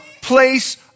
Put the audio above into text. place